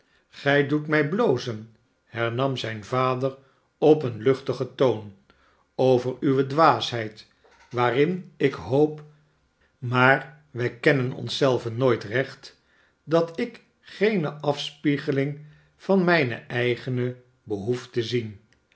sgij doet mij blozen hernam zijn vader op een luchtigen toon over uwe dwaasheid waarin ik hoop maar wij kennen ons zelven nooit recht dat ik geene afspiegeling van mijne eigene behoef te zien